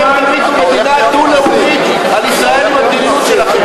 אתם תמיטו מדינה דו-לאומית על ישראל במדיניות שלכם.